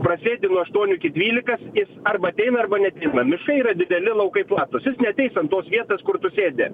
prasėdi nuo aštuonių iki dvylikas jis arba ateina arba neateina miškai yra dideli laukai platūs jis netateis ant tos vietos kur tu sėdi